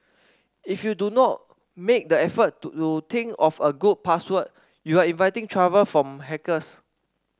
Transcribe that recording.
if you do not make the effort to to think of a good password you are inviting trouble from hackers